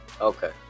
Okay